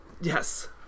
Yes